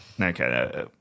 Okay